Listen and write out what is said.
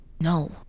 No